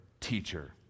teacher